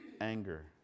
anger